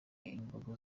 imboga